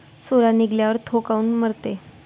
सोला निघाल्यावर थो काऊन मरते?